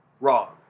Wrong